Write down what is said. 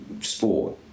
sport